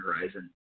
horizon